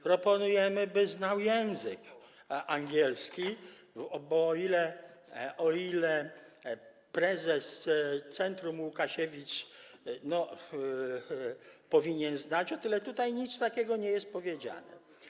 Proponujemy, by znał język angielski, bo o ile prezes Centrum Łukasiewicz powinien go znać, o tyle tutaj nic takiego nie jest powiedziane.